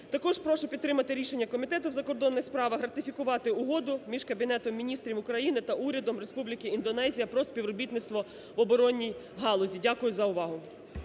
Також прошу підтримати рішення Комітету у закордонних справах ратифікувати Угоду між Кабінетом Міністрів України та Урядом Республіки Індонезія про співробітництво в оборонній галузі. Дякую за увагу.